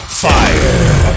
FIRE